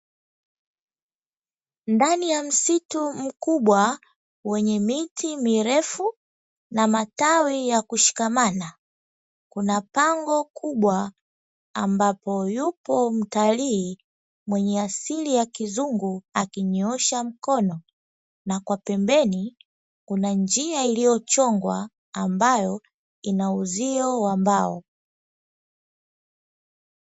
Ndani ya msitu mkubwa wenye miti mirefu na matawi ya kushikamana, kuna pango kubwa ambapo yupo mtalii mwenye asili ya kizungu akinyoosha mkono na kwa pembeni kuna njia iliyochongwa ambayo ina uzio wa mbao.